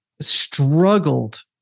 struggled